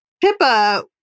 Pippa